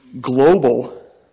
Global